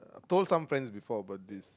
told some friends before about this